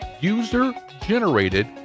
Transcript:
user-generated